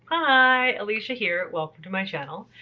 hi, alicia here. welcome to my channel.